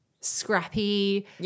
scrappy